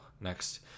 Next